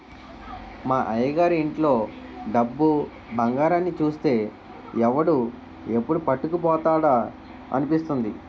మా అయ్యగారి ఇంట్లో డబ్బు, బంగారాన్ని చూస్తే ఎవడు ఎప్పుడు పట్టుకుపోతాడా అనిపిస్తుంది